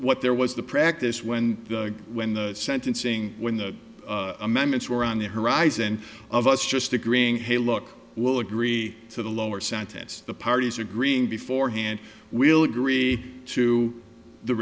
what there was the practice when when the sentencing when the amendments were on the horizon of us just agreeing hey look we'll agree to the lower sentence the parties are agreeing beforehand we'll agree to the